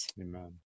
amen